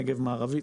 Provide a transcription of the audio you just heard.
נגד נגב מערבי,